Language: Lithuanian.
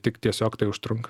tik tiesiog tai užtrunka